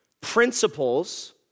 principles